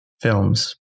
films